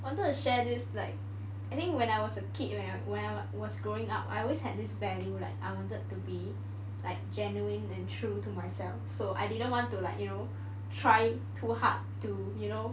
I wanted to share this like I think when I was a kid when I was growing up I always had this value like I wanted to be like genuine and true to myself so I didn't want to like you know try too hard to you know